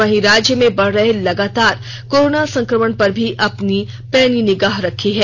वहीं राज्य में बढ़ रहे लगातार कोरोना संकमण पर भी अपनी पैनी निगाह रखी है